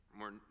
more